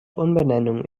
umbenennung